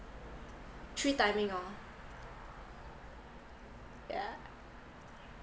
three timing oh yeah